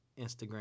instagram